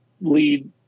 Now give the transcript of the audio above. lead